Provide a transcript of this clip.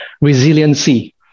Resiliency